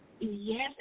Yes